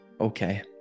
okay